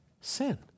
sin